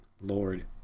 Lord